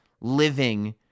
living